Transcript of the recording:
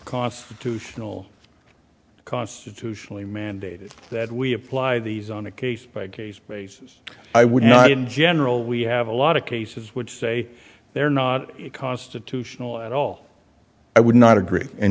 constitutional constitutionally mandated that we apply these on a case by case basis i would not in general we have a lot of cases which say they're not constitutional at all i would not agree and